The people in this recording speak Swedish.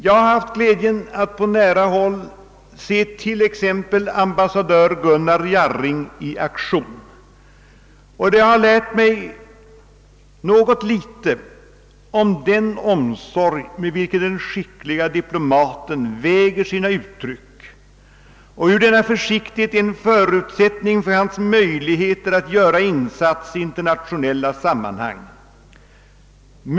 Jag har haft glädjen att på nära håll se t.ex. ambassadör Gunnar Jarring i aktion, och det har lärt mig något litet om den omsorg med vilken den skicklige diplomaten väger sina uttryck och hur denna försiktighet är en förutsättning för hans möjligheter att göra insatser i internationella sammanhang.